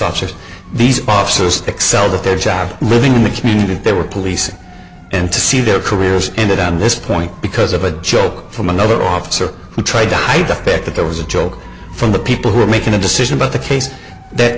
officers these officers excelled at their job living in the community they were policing and to see their careers ended on this point because of a joke from another officer who tried to hide the fact that there was a job from the people who are making a decision about the case that